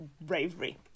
bravery